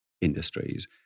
industries